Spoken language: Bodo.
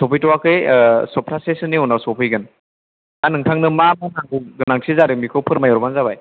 सफैथ'वाखै सप्ताहसेसोनि उनाव सफैगोन दा नोंथांनो मा मा नांगौ गोनांथि जादों बेखौ फोरमाय हरबानो जाबाय